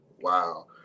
Wow